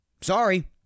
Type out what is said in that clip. Sorry